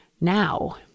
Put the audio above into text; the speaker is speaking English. now